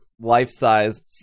life-size